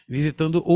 Visitando